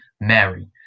Mary